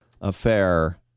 affair